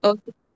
Okay